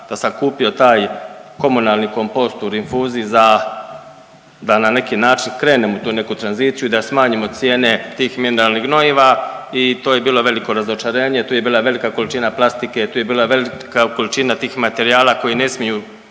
da sam kupio taj komunalni kompost u rinfuzi za, da na neki način krenem u tu neku tranziciju i da smanjimo cijene tih mineralnih gnojiva i to je bilo veliko razočarenje, tu je bila velika količina plastike, tu je bila velika količina tih materijala koji ne smiju